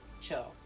chill